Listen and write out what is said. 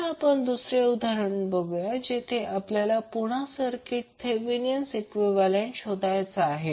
आता आपण दुसरे उदाहरण बघूया जेथे आपल्याला पुन्हा सर्किटसाठी थेवेनीण इक्विवैलेन्ट शोधायचा आहे